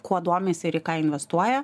kuo domisi ir į ką investuoja